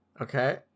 Okay